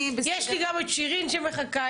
יש לי את שירין שמחכה.